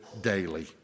daily